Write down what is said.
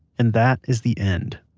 and that is the end.